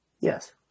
Yes